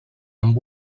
amb